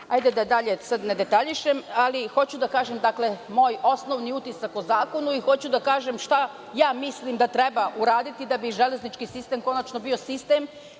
ovo. Da dalje ne detaljišem, ali hoću da kažem moj osnovni utisak o zakonu i hoću da kažem šta ja mislim da treba uraditi da bi železnički sistem konačno bio sistem